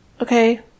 okay